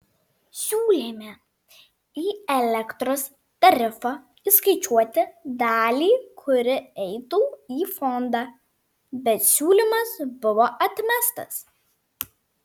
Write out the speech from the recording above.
siūlėme į elektros tarifą įskaičiuoti dalį kuri eitų į fondą bet siūlymas buvo atmestas